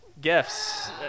gifts